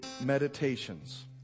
meditations